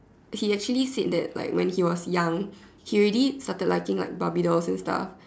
he actually said that like when he was young he already started liking barbie dolls and stuff